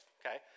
okay